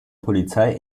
polizei